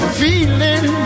feeling